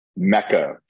Mecca